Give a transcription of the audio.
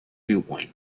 viewpoint